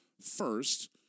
first